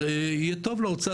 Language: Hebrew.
זה יהיה טוב לאוצר,